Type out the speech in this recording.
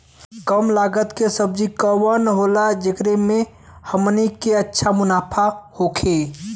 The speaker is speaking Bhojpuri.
कम लागत के सब्जी कवन होला जेकरा में हमनी के अच्छा मुनाफा होखे?